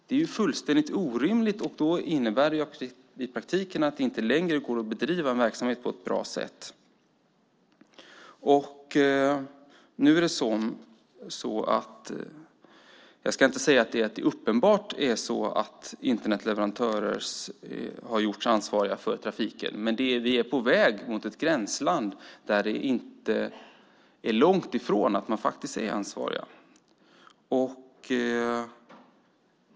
Det är fullständigt orimligt. Det innebär att det i praktiken inte längre går att bedriva en verksamhet på ett bra sätt. Jag ska inte säga att det uppenbart är så att Internetleverantörer har gjorts ansvariga för trafiken, men vi är på väg mot ett gränsland där det inte är långt ifrån att de görs ansvariga.